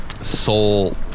soul